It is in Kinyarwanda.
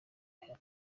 hano